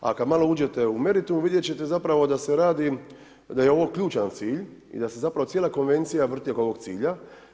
A kada malo uđete u meritum, vidjeti ćete zapravo da se radi, da je ovo ključan cilj i da se zapravo cijela Konvencija vrti oko ovog cilja.